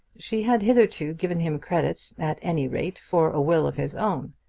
she had hitherto given him credit at any rate for a will of his own.